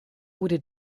wurde